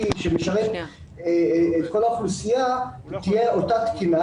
שמשרת את כל האוכלוסייה תהיה אותה תקינה,